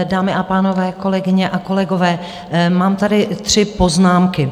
Dámy a pánové, kolegyně a kolegové, mám tady tři poznámky.